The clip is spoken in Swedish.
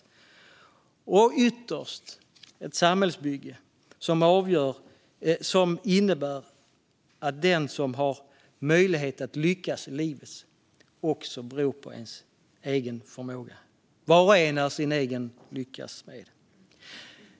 Ytterst är det fråga om ett samhällsbygge som innebär att möjligheten att lyckas i livet beror på ens egen förmåga. Var och en är sin egen lyckas smed.